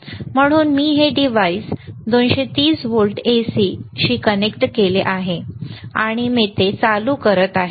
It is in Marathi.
म्हणून मी हे डिव्हाइस 230 व्होल्ट AC शी कनेक्ट केले आहे आणि मी ते चालू करत आहे